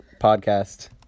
podcast